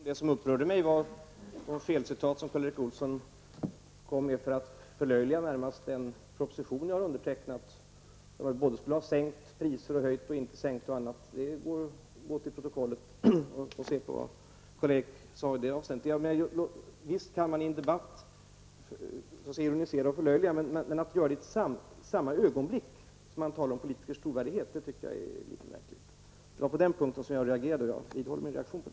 Herr talman! Först till Karl Erik Olsson. Det som upprörde mig var ett felcitat som Karl Erik Olsson kom med för att närmast förlöjliga den proposition jag har undertecknat. Han sade att vi både har höjt och sänkt. I protokollet kan man läsa vad Karl Erik sade i det avseendet. I en debatt kan man visst ironisera och förlöjliga, men om man gör det i samma ögonblick som man talar om politikers trovärdighet tycker jag att det är märkligt. Jag reagerade på den punkten, och jag vidhåller min reaktion.